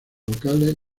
locales